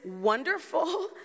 wonderful